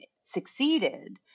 succeeded